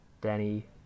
Danny